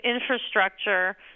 infrastructure